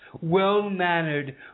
well-mannered